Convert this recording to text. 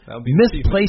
misplaced